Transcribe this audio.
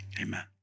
Amen